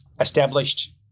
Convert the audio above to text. established